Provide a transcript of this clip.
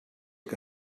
que